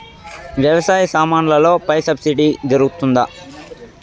వ్యవసాయ సామాన్లలో పై సబ్సిడి దొరుకుతుందా?